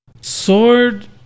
Sword